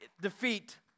defeat